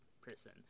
prison